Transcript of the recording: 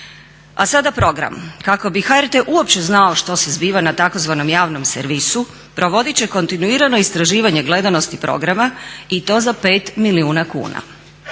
A sada program, kako bi HRT uopće znao što se zbiva na tzv. javnom servisu provodit će kontinuirano istraživanje gledanosti programa i to za 5 milijuna kuna.